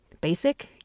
Basic